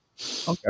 Okay